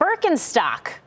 Birkenstock